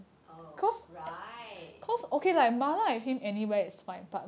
oh right